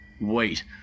Wait